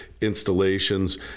installations